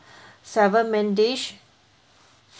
seven main dish